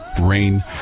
rain